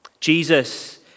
Jesus